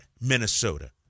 Minnesota